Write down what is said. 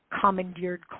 commandeered